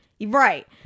Right